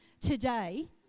today